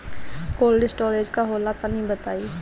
Cold storage का होला तनि बताई?